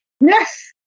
Yes